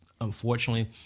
unfortunately